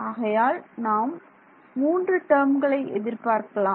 ஆகையால் நாம் மூன்று டேர்ம்களை எதிர்பார்க்கலாம்